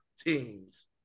teams